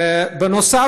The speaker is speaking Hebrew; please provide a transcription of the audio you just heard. בנוסף,